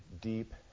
deep